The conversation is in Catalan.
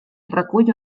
recull